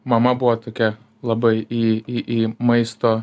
mama buvo tokia labai į į į maisto